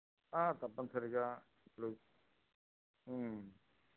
కంపల్సరిగా ఇప్పుడు